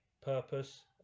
purpose